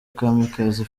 kamikazi